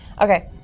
Okay